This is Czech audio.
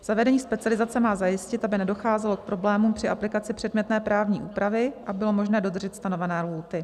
Zavedení specializace má zajistit, aby nedocházelo k problémům při aplikaci předmětné právní úpravy a bylo možné dodržet stanovené lhůty.